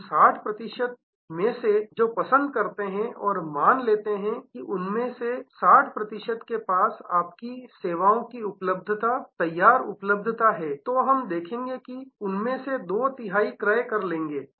उन 60 प्रतिशत में से जो पसंद करते हैं और मान लेते हैं कि उनमें से 60 प्रतिशत के पास आपकी सेवाओं की उपलब्धता तैयार उपलब्धता है तो हम देख सकते हैं कि उनमें से दो तिहाई क्रय कर लेंगे